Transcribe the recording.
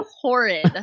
horrid